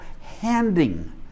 handing